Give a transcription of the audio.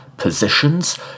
Positions